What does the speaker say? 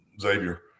Xavier